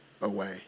away